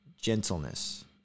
gentleness